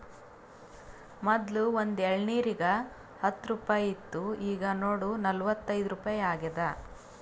ಮೊದ್ಲು ಒಂದ್ ಎಳ್ನೀರಿಗ ಹತ್ತ ರುಪಾಯಿ ಇತ್ತು ಈಗ್ ನೋಡು ನಲ್ವತೈದು ರುಪಾಯಿ ಆಗ್ಯಾದ್